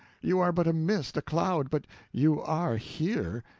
you are but a mist, a cloud, but you are here,